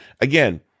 again